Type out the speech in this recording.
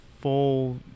full